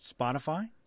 Spotify